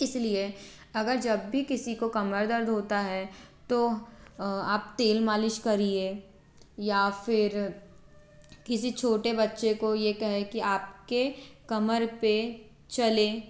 इस लिए अगर जब भी किसी को कमर दर्द होता है तो आप तेल मालिश करिए या फिर किसी छोटे बच्चों को ये कहें कि आपके कमर पर चले